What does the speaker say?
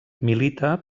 milita